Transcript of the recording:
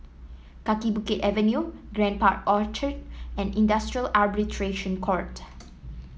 Kaki Bukit Avenue Grand Park Orchard and Industrial Arbitration Court